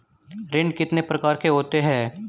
ऋण कितने प्रकार के होते हैं?